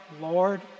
Lord